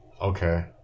Okay